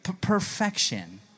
perfection